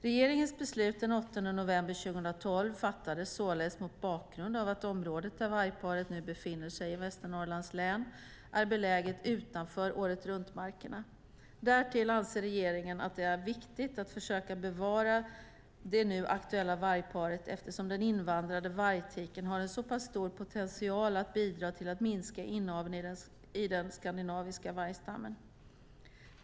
Regeringens beslut den 8 november 2012 fattades således mot bakgrund av att det område i Västernorrlands län där vargparet nu befinner sig är beläget utanför åretruntmarkerna. Därtill anser regeringen att det är viktigt att försöka bevara det nu aktuella vargparet eftersom den invandrade vargtiken har en så pass stor potential att bidra till att minska inaveln i den skandinaviska vargstammen.